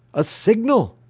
a signal!